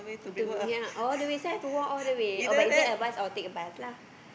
two ya all the way so I have to walk all the way oh but if there's a bus I'll take the bus lah